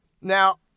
Now